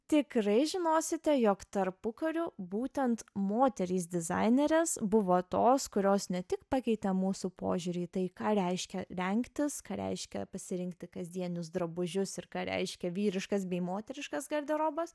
tikrai žinosite jog tarpukariu būtent moterys dizainerės buvo tos kurios ne tik pakeitė mūsų požiūrį į tai ką reiškia rengtis ką reiškia pasirinkti kasdienius drabužius ir ką reiškia vyriškas bei moteriškas garderobas